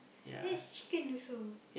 that is chicken also